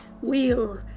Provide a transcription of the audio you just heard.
wheel